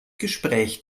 gespräch